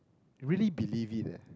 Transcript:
really believe it leh